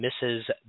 Mrs